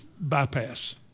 bypass